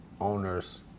owners